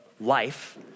life